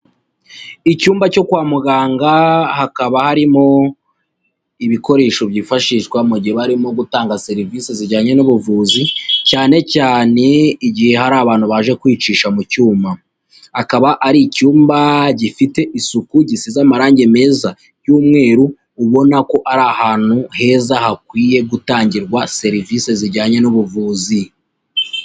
Icyumba cyo kwa muganga hakaba harimo ibikoresho byifashishwa mu gihe barimo gutanga serivisi zijyanye n'ubuvuzi, cyane cyane igihe hari abantu baje kwicisha mu cyuma. Akaba ari icyumba gifite isuku gisize amarangi meza y'umweru, ubona ko ari ahantu heza hakwiye gutangirwa serivisi zijyanye n'ubuvuzi.